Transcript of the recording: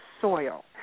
soil